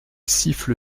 siffle